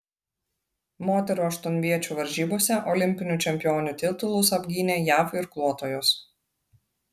moterų aštuonviečių varžybose olimpinių čempionių titulus apgynė jav irkluotojos